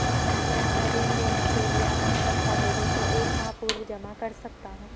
क्या मैं ऋण लेने के लिए अपने दस्तावेज़ों को एक माह पूर्व जमा कर सकता हूँ?